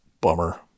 bummer